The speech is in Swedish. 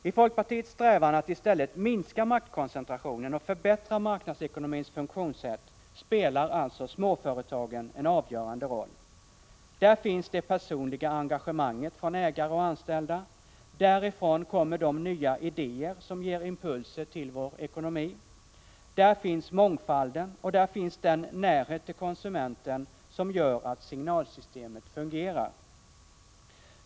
I folkpartiets strävan att i stället minska maktkoncentrationer och förbättra marknadsekonomins funktionssätt spelar alltså småföretagen en avgörande roll. Där finns det personliga engagemanget från ägare och anställda. Därifrån kommer de nya idéer som ger impulser till vår ekonomi. Där finns mångfalden och där finns den närhet till konsumenten som gör att signalsystemet fungerar.